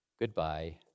goodbye